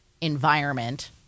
environment